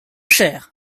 cher